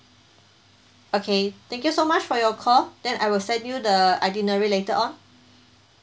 okay thank you so much for your call then I will send you the itinerary later on